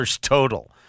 total